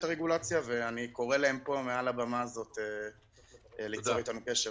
הרגולציה ואני קורא להם פה מעל הבמה הזאת ליצור איתנו קשר.